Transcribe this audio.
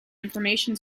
information